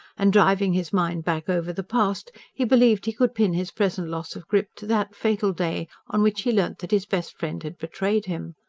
and driving his mind back over the past, he believed he could pin his present loss of grip to that fatal day on which he learnt that his best friend had betrayed him.